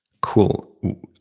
Cool